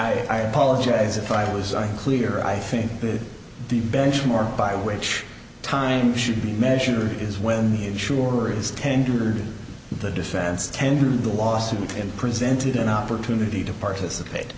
i apologize if i was unclear i think that the benchmark by which time should be measured is when the insurance tendered the defense tender the lawsuit and presented an opportunity to participate